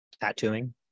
tattooing